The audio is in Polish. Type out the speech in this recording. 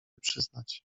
przyznać